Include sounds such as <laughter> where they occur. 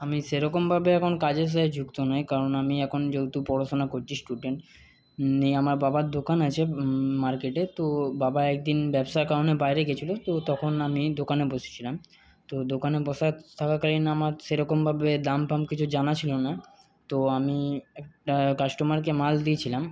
আমি সেরকমভাবে এখন কাজের <unintelligible> যুক্ত নই কারণ আমি এখন যেহেতু পড়াশুনা করছি স্টুডেন্ট <unintelligible> আমার বাবার দোকান আছে মার্কেটে তো বাবা একদিন ব্যবসার কারণে বাইরে গেছিল তো তখন আমি দোকানে বসেছিলাম তো দোকানে বসা থাকাকালীন আমার সেরকমভাবে দাম টাম কিছু জানা ছিল না তো আমি একটা কাস্টোমারকে মাল দিয়েছিলাম